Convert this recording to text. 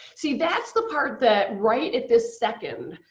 see, that's the part that right at this second,